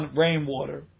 rainwater